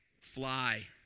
fly